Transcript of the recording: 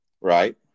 right